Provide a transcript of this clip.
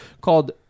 called